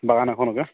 বাগান এখনকে